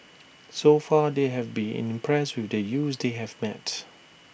so far they have been impressed with the youths they have met